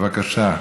בבקשה,